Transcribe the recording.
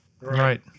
Right